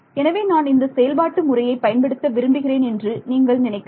எனவே நான் இந்த செயல்பாட்டு முறையை பயன்படுத்த விரும்புகிறேன் என்று நீங்கள் நினைக்கலாம்